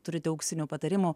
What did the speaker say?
turite auksinių patarimų